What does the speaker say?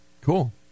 Cool